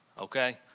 okay